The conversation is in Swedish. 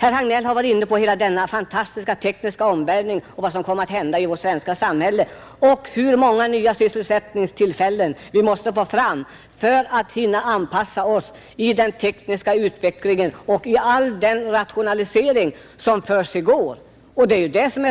Herr Hagnell har varit inne på hela den fantastiska tekniska omvälvning som kommer att ske i vårt svenska samhälle och hur många nya sysselsättningstillfällen vi måste få fram för att hinna anpassa oss till den tekniska utvecklingen och all den rationalisering som försiggår.